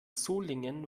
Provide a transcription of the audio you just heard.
solingen